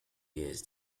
years